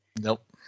Nope